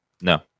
no